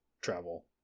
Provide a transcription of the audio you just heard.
travel